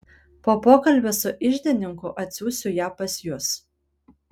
po pokalbio su iždininku atsiųsiu ją pas jus